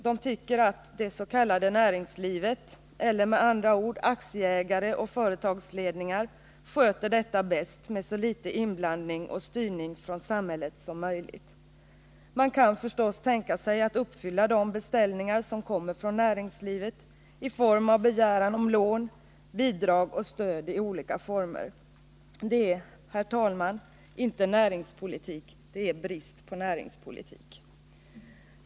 De tycker att det s.k. näringslivet, med andra ord aktieägare och företagsledningar, sköter detta bäst med så litet inblandning och styrning från samhället som möjligt. Man kan förstås tänka sig att uppfylla de beställningar som kommer från näringslivet i form av begäran om lån, bidrag och stöd i olika former. Det är, herr talman, inte näringspolitik — det är brist på näringspolitik.